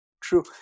true